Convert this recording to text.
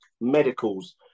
medicals